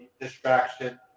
distraction